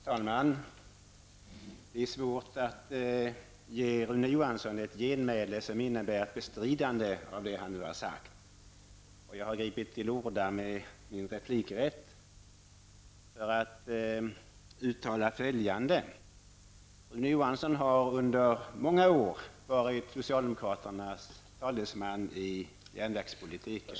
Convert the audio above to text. Herr talman! Det är svårt att ge Rune Johansson ett genmäle som innebär ett bestridande av det han nu har sagt. Jag har gripit till orda med min replikrätt för att uttala följande. Rune Johansson har under många år varit socialdemokraternas talesman i järnvägspolitiken.